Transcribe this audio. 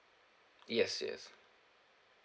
yes yes